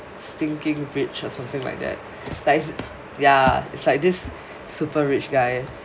stinking rich or something like that like is ya is like this super rich guy